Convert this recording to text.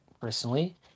personally